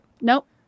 Nope